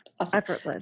effortless